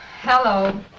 Hello